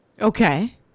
Okay